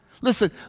Listen